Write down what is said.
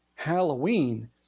halloween